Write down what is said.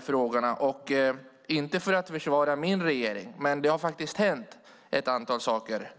frågor. Jag ska inte försvara regeringen, men det har faktiskt hänt ett antal saker.